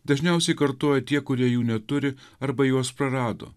dažniausiai kartoja tie kurie jų neturi arba juos prarado